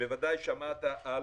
בוודאי שמעת על